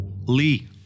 Lee